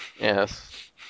Yes